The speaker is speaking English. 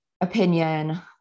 opinion